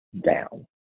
down